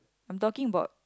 I'm talking about